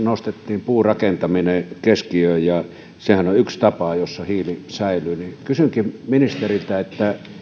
nostettiin puurakentaminen keskiöön ja sehän on yksi tapa jossa hiili säilyy kysynkin ministeriltä